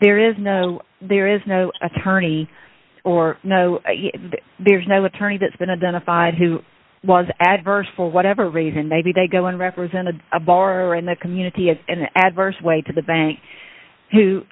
there is no there is no attorney or no there's no attorney that's been identified who was adverse for whatever reason maybe they go on represented a bar in the community at an adverse way to the bank who